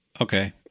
Okay